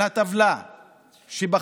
על הטבלה שבחוק: